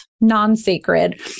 non-sacred